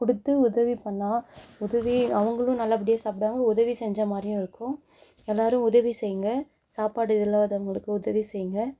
கொடுத்து உதவி பண்ணிணா உதவி அவங்களும் நல்லபடியாக சாப்பிடுவாங்க உதவி செஞ்ச மாதிரியும் இருக்கும் எல்லாேரும் உதவி செய்யுங்க சாப்பாடு இல்லாதவங்களுக்கு உதவி செய்யங்க